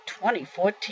2014